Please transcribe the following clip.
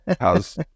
How's